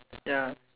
ya